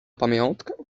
pamiątkę